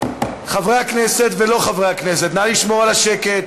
חברי הכנסת ולא חברי הכנסת, נא לשמור על השקט.